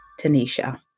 Tanisha